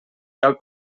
cal